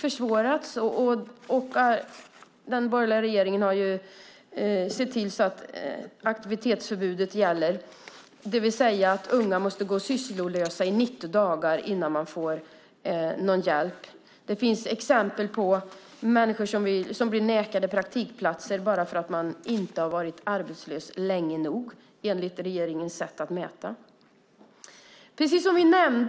Dessutom har den borgerliga regeringen infört aktivitetsförbud, vilket innebär att unga måste gå sysslolösa i 90 dagar innan de får hjälp. Det finns exempel på människor som blivit nekade praktikplats eftersom de enligt regeringens sätt att mäta inte varit arbetslösa länge nog.